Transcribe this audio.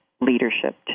leadership